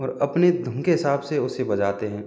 और अपने धुन के हिसाब से उसे बजाते हैं